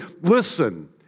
listen